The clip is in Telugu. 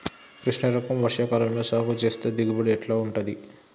కృష్ణ రకం వర్ష కాలం లో సాగు చేస్తే దిగుబడి ఎట్లా ఉంటది?